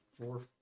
four